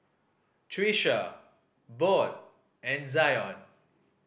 Tricia Bode and Zion